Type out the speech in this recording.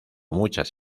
muchas